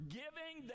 giving